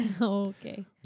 Okay